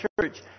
church